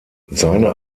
seine